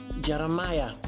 Jeremiah